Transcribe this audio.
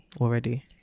already